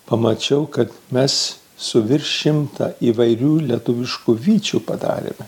pamačiau kad mes su virš šimtą įvairių lietuviškų vyčių padarėme